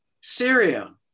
syria